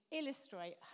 illustrate